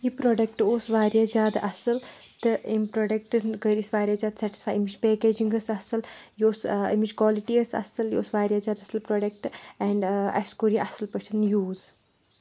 یہِ پروڈکٹ اوس واریاہ زیادٕ اَصل تہٕ أمۍ پروڈکٹن کٔرۍ أسۍ واریاہ زیادٕ سؠٹٕسفاے امِچ پیکیجِنگ ٲس اَصل یہِ اوس امِچ کالٹی ٲس اَصل یہِ اوس واریاہ زیادٕ اَصل پروڈکٹ اینڈ اَسہِ کوٚر یہِ واریاہ اَصل پٲٹھۍ یوٗز